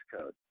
code